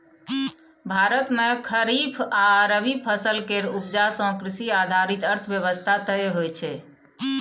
भारत मे खरीफ आ रबी फसल केर उपजा सँ कृषि आधारित अर्थव्यवस्था तय होइ छै